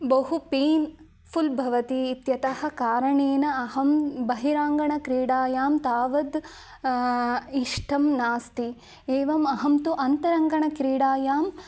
बहु पैन्फ़ुल् भवति इत्यतः कारणेन अहं बहिरङ्गणक्रीडायाम् तावत् इष्टं नास्ति एवम् अहं तु अन्तरङ्गणक्रीडायाम्